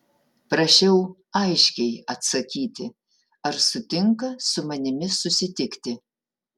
prašiau aiškiai atsakyti ar sutinka su manimi susitikti